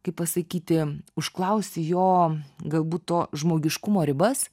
kaip pasakyti užklausi jo galbūt to žmogiškumo ribas